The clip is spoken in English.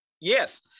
Yes